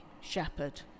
shepherd